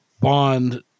bond